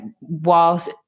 whilst